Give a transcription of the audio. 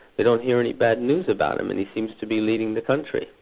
we don't hear any bad news about him and he seems to be leading the country,